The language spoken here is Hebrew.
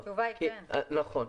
נכון.